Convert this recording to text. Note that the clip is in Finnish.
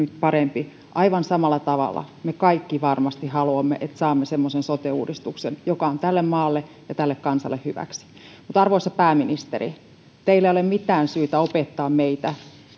parempi aivan samalla tavalla me kaikki varmasti haluamme että saamme semmoisen sote uudistuksen joka on tälle maalle ja tälle kansalle hyväksi mutta arvoisa pääministeri teillä ei ole mitään syytä opettaa meitä